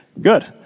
good